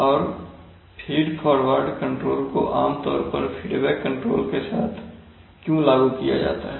और feedforward control को आम तौर पर फीडबैक के साथ क्यों लागू किया जाता है